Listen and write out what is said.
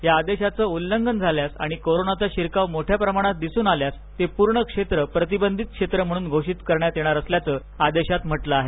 या आदेशाच उल्लंघन झाल्यास आणि कोरोनाचा शिरकाव मोठया प्रमाणात दिसून आल्यास ते पूर्ण क्षेत्र प्रतिबंधित क्षेत्र म्हणून घोषित करण्यात येणार असल्याचं आदेशात म्हटलं आहे